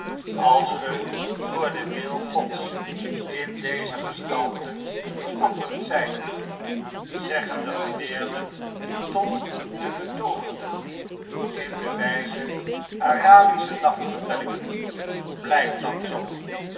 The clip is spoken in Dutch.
als ge door den wil gods in deze gestalte veranderd zjjt zeggen de geleerden totdebetooverden in de wftze arabische nachtvertellingen blijf dan zoo